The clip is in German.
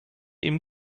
ihm